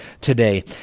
today